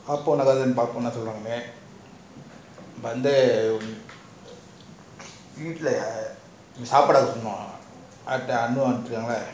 சொல்லுவாங்க வந்து வீட்டுல சாப்பாடு ஆக சொல்லுவாங்க அணு இருக்காங்களா:soluvanga vanthu veetula sapadu aaka soluvanga anu irukangala